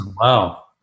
Wow